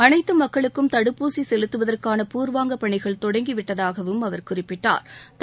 அனைத்து மக்களுக்கும் தடுப்பூசி செலுத்துவதற்கான பூர்வாங்க பணிகள் தொடங்கிவிட்டதாகவும் அவர் குறிப்பிட்டா்